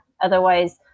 otherwise